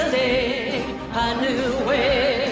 a new way